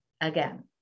Again